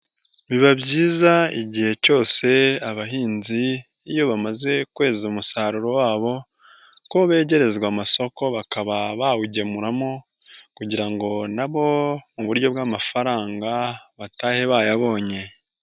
Biba byiza igihe cyose abahinzi iyo bamaze kweza umusaruro wabo ko begerezwa amasoko bakaba bawugemuramo kugira ngo nabo mu buryo bw'amafaranga, batahe bayabonye.